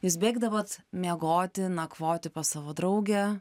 jūs bėgdavot miegoti nakvoti pas savo draugę